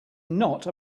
not